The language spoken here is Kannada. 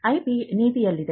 ಐಪಿ ನೀತಿಯಲ್ಲಿದೆ